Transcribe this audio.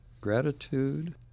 Gratitude